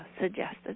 suggested